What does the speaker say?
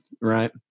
right